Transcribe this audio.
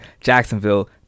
Jacksonville